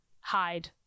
hide